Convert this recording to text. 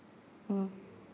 mm